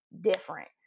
different